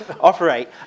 operate